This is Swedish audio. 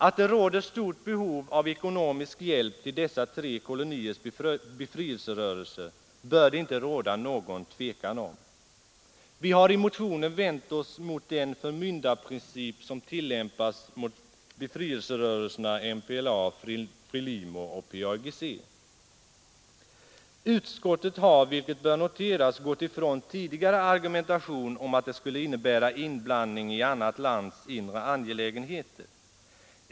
Att det finns stort behov av ekonomisk hjälp till dessa tre koloniers befrielserörelser bör det inte råda något tvivel om. Vi har i motionen vänt oss mot den förmyndarprincip som tillämpas mot befrielserörelserna MPLA, Frelimo och PAIGC. Utskottet har — vilket bör noteras — gått ifrån tidigare argumentation om att det skulle innebära inblandning i annat lands inre angelägenheter.